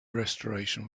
restoration